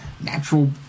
natural